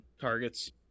targets